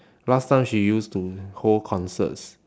last time she used to hold concerts